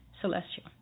Celestial